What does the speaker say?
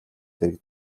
дэргэд